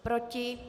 Proti?